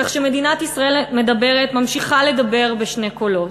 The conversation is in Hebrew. כך שמדינת ישראל מדברת, ממשיכה לדבר בשני קולות.